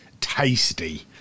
tasty